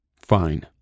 Fine